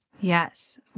Yes